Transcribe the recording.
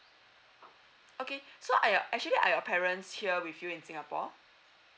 okay so are your actually are your parents here with you in singapore